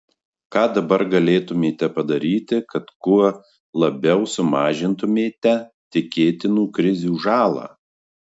ką dabar galėtumėte padaryti kad kuo labiau sumažintumėte tikėtinų krizių žalą